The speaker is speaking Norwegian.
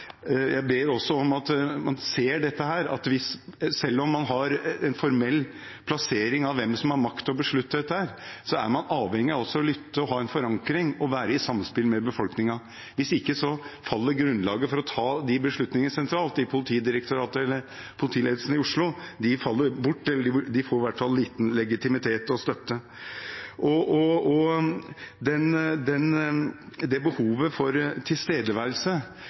man ser dette. Selv om man har en formell plassering av hvem som har makt til å beslutte dette, er man også avhengig av å lytte og ha en forankring og være i samspill med befolkningen. Hvis ikke faller grunnlaget for å ta de beslutningene sentralt i Politidirektoratet eller i politiledelsen i Oslo bort, eller de får i hvert fall liten legitimitet og støtte. Behovet for tilstedeværelse er, som representanten Amundsen var inne på, større og større. Jeg merker fronten mellom ungdomsgrupper noen steder og politiet – den